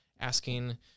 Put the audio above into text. asking